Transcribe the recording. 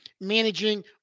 managing